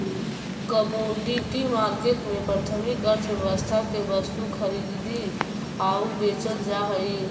commodity market में प्राथमिक अर्थव्यवस्था के वस्तु खरीदी आऊ बेचल जा हइ